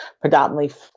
predominantly